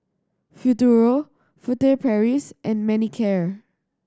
Futuro Furtere Paris and Manicare